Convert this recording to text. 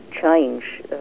change